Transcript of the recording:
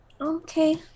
Okay